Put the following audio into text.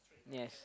yes